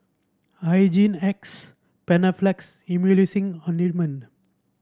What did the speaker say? Hygin X Panaflex Emulsying Ointment